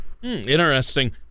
Interesting